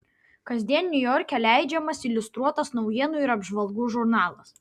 kasdien niujorke leidžiamas iliustruotas naujienų ir apžvalgų žurnalas